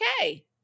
okay